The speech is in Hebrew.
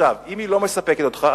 אם היא לא מספקת אותך,